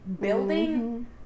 building